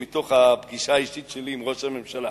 מתוך הפגישה האישית שלי עם ראש הממשלה.